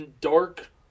Dark